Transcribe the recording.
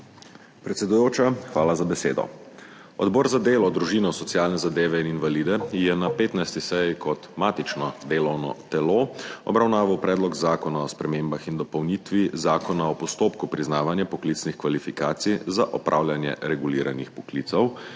Predsedujoča, hvala za besedo. Odbor za delo, družino, socialne zadeve in invalide je na 15. seji kot matično delovno telo obravnaval Predlog zakona o spremembah in dopolnitvi Zakona o postopku priznavanja poklicnih kvalifikacij za opravljanje reguliranih poklicev,